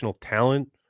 talent